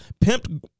pimped